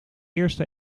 eerste